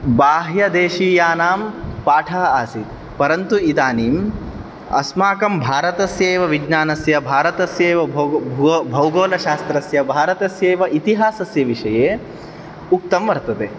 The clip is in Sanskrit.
बाह्यदेशीयानां पाठः आसीत् परन्तु इदानीं अस्माकं भारतस्य एव विज्ञानस्य भारतस्य एव भौग् भौग् भौगोलशास्त्रस्य भारतस्य एव इतिहासस्य विषये उक्तं वर्तते